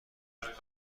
وجود